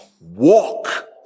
walk